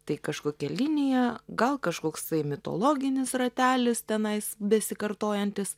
tai kažkokia linija gal kažkoksai mitologinis ratelis tenais besikartojantis